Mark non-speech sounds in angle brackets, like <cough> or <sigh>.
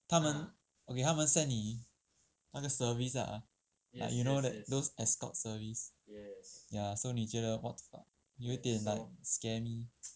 他们 okay 他们 send 你那个 service ah like you know that those escort service ya so 你觉得 what the fuck 有点 like scare me <noise>